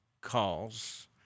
calls